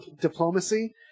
diplomacy